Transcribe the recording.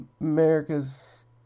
America's